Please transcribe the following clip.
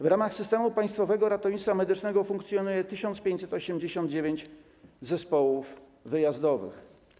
W ramach systemu Państwowego Ratownictwa Medycznego funkcjonuje 1589 zespołów wyjazdowych.